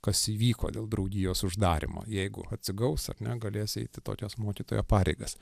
kas įvyko dėl draugijos uždarymo jeigu atsigaus ar ne galės eiti tokias mokytojo pareigas